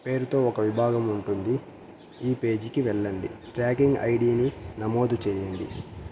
పేరుతో ఒక విభాగం ఉంటుంది ఈ పేజీకి వెళ్ళండి ట్రాకింగ్ ఐడిని నమోదు చేయండి